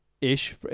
ish